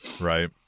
right